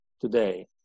today